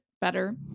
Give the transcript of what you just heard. better